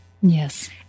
Yes